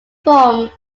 form